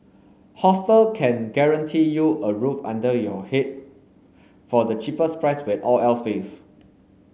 hostel can guarantee you a roof under your head for the cheapest price when all else fails